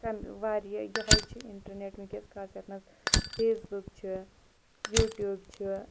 کَمہِ واریاہ یِہوٚے چھِ اِنٹَرنٮ۪ٹ وٕنۍکٮ۪س خاص یَتھ منٛز فیس بُک چھِ یوٗٹیوٗب چھِ